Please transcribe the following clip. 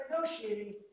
negotiating